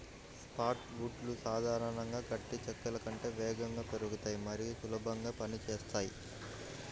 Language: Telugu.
సాఫ్ట్ వుడ్లు సాధారణంగా గట్టి చెక్కల కంటే వేగంగా పెరుగుతాయి మరియు సులభంగా పని చేస్తాయి